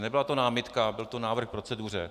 Nebyla to námitka, byl to návrh k proceduře.